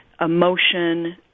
emotion